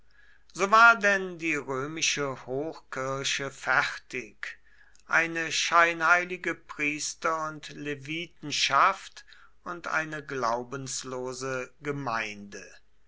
so war denn die römische hochkirche fertig eine scheinheilige priester und levitenschaft und eine glaubenslose gemeinde